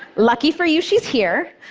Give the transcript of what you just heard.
lucky for you, she's here.